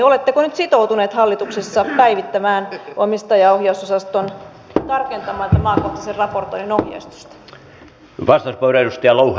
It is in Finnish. oletteko nyt sitoutuneet hallituksessa päivittämään omistajaohjausosasto tarkentaisi tämän maakohtaisen raportoinnin ohjeistusta